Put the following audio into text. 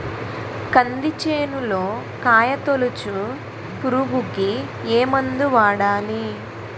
కంది చేనులో కాయతోలుచు పురుగుకి ఏ మందు వాడాలి?